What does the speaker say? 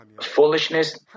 foolishness